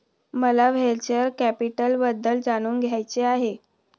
मला व्हेंचर कॅपिटलबद्दल जाणून घ्यायचे आहे